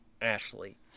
Ashley